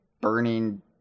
Burning